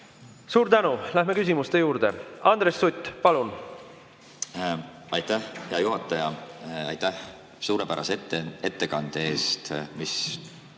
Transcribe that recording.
Suur tänu! Läheme küsimuste juurde. Andres Sutt, palun! Aitäh, hea juhataja! Aitäh suurepärase ettekande eest, mis